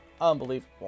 Unbelievable